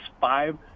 five